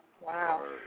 Wow